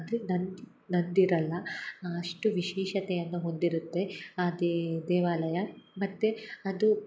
ಅಂದರೆ ನಂದು ನಂದಿರಲ್ಲ ಅಷ್ಟು ವಿಶೇಷತೆಯನ್ನು ಹೊಂದಿರುತ್ತೆ ಆ ದೇವಾಲಯ ಮತ್ತು ಅದು